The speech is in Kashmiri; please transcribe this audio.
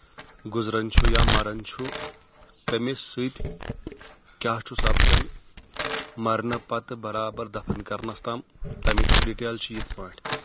گُزران چھُ یا مران چھُ تٔمِس سۭتۍ کیاہ چھُ سَپدان مرنہٕ پتہٕ برابر دفن کرنس تام تمِچ ڈٹیل چھِ یِتھ پٲٹھۍ